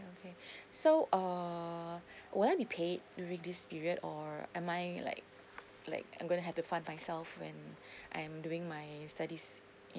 okay so err will I be paid during this period or am I like like I'm going to have to fund myself when I'm doing my studies